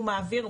הוא מעביר,